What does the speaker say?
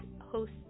host